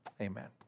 Amen